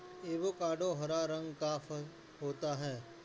avocado हरा रंग का फल होता है